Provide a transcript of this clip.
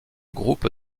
groupe